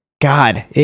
God